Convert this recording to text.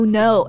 no